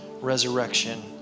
resurrection